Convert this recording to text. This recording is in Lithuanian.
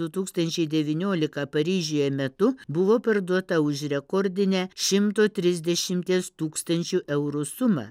du tūkstančiai devyniolika paryžiuje metu buvo parduota už rekordinę šimto trisdešimties tūkstančių eurų sumą